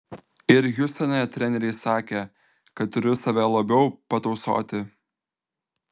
ir hjustone treneriai sakė kad turiu save labiau patausoti